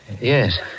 Yes